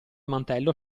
mantello